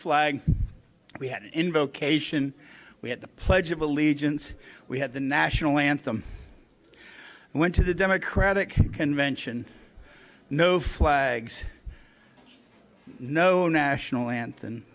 flag we had in vocation we had the pledge of allegiance we had the national anthem and went to the democratic convention no flags no national anthem